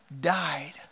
died